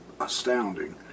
astounding